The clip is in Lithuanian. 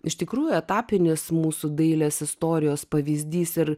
iš tikrųjų etapinis mūsų dailės istorijos pavyzdys ir